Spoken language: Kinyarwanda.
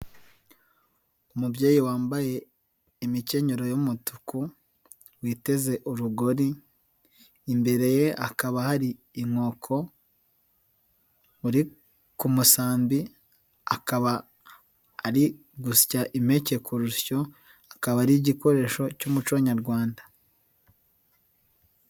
Umubyeyi wambaye imikenyero y'umutuku, witeze urugori, imbere ye hakaba hari inkoko, uri ku musambi, akaba ari gusya impeke kurusyo, akaba ari igikoresho cy'umuco nyarwanda.